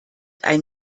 ein